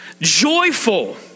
joyful